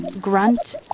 grunt